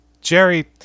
Jerry